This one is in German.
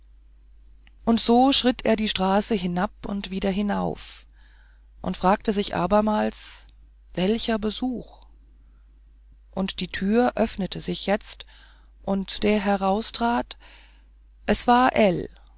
und so schritt er die straße hinab und wieder hinauf und fragte sich nochmals welcher besuch und die tür öffnete sich jetzt und der heraustrat es war